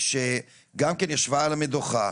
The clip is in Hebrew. שגם ישבה על המדוכה